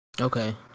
okay